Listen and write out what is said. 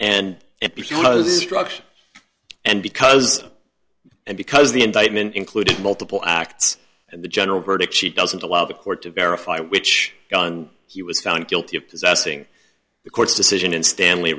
drugs and because and because the indictment included multiple acts and the general verdict she doesn't allow the court to verify which gun he was found guilty of possessing the court's decision in stanley